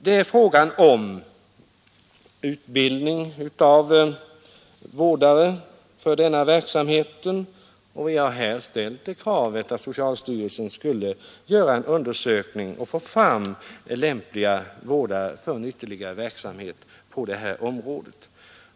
Problemet har varit utbildningen av vårdare för denna verksamhet, och vi har ställt kravet att socialstyrelsen skulle göra en undersökning för att få fram lämpliga vårdare för en ytterligare verksamhet på detta område.